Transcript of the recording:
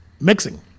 mixing